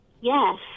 Yes